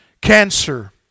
cancer